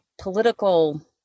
political